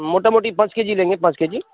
मोटा मोटी पाँच के जी लेंगे पाँच के जी